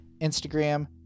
Instagram